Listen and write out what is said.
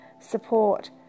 support